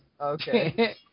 Okay